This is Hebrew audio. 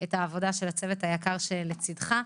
את העבודה של הצוות היקר שלצדו.